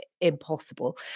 impossible